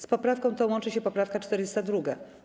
Z poprawką tą łączy się poprawka 42.